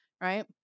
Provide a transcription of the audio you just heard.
right